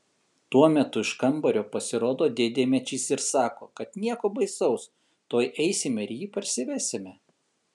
tuo metu iš kambario pasirodo dėdė mečys ir sako kad nieko baisaus tuoj eisime ir jį parsivesime